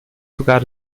sogar